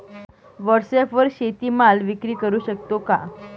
व्हॉटसॲपवर शेती माल विक्री करु शकतो का?